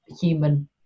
human